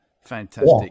fantastic